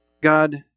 God